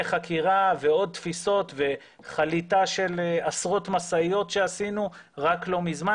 חקירה ועוד תפיסות וחילוט של עשרות משאיות שעשינו רק לא מזמן.